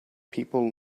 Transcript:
people